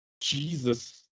Jesus